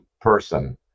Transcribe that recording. person